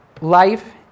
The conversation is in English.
life